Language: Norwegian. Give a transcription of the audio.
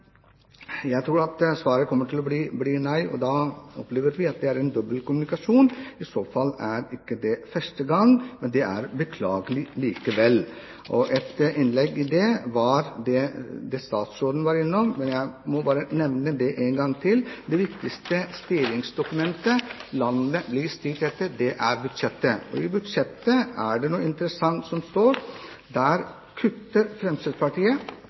Jeg tror svaret kommer til å bli nei. Da opplever vi at det er dobbeltkommunikasjon. I så fall er ikke det første gang, men det er beklagelig likevel. Så til noe statsråden tidligere har sagt, og som jeg også vil nevne. Det viktigste styringsdokumentet landet blir styrt etter, er budsjettet. I budsjettet står det noe interessant. Der kutter Fremskrittspartiet